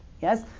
yes